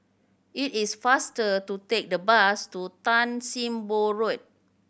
it is faster to take the bus to Tan Sim Boh Road